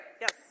Yes